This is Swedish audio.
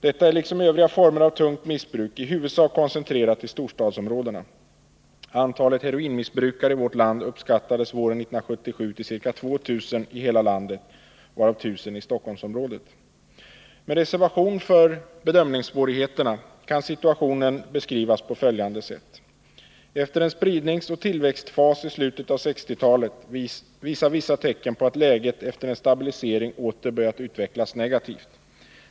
Detta är liksom övriga former av tungt missbruk i huvudsak koncentrerat till storstadsområdena. Antalet heroinmissbrukare uppskattades våren 1977 till ca 2000 i hela landet, varav ca 1000 i Stockholmsområdet. Med reservation för bedömningssvårigheterna kan situationen beskrivas på följande sätt. Efter en spridningsoch tillväxtfas i slutet av 1960-talet visar vissa tecken på att läget efter en stabilisering åter börjat utvecklas negativt.